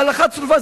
הלכה צרופה.